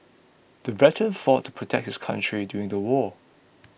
the veteran fought to protect his country during the war